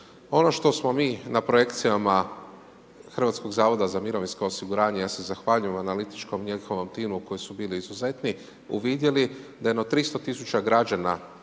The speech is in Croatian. Ono što smo mi na projekcijama Hrvatskog zavoda za mirovinsko osiguranje, ja se zahvaljujem analitičkom njihovom timu koji su bili izuzetni, uvidjeli da jedno 300 000 građana